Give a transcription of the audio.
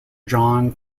john